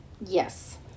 yes